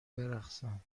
برقصم